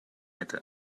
это